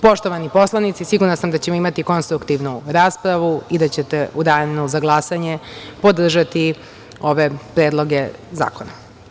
Poštovani poslanici, sigurna sam da ćemo imati konstruktivnu raspravu i da ćete u danu za glasanje podržati ove predloge zakona.